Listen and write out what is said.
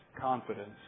confidence